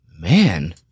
Man